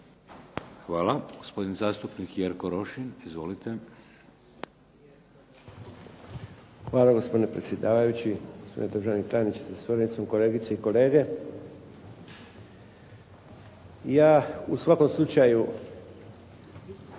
Hvala. Gospodin zastupnik Jerko Rošin. Izvolite. **Rošin, Jerko (HDZ)** Hvala gospodine predsjedavajući, gospodine državni tajniče sa suradnicom, kolegice i kolege. Ja u svakom slučaju